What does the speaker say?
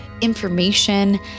information